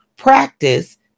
practice